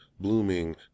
blooming